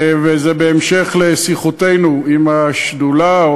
וזה בהמשך לשיחותינו עם השדולה,